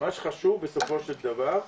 מה שחשוב בסופו של דבר,